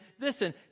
listen